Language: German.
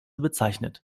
bezeichnet